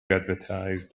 advertised